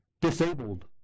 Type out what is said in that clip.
disabled